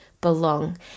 belong